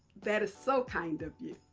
that is so kind of you.